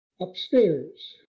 upstairs